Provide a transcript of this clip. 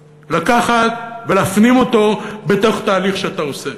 לקחת ולהפנים אותו בתוך תהליך שאתה עושה.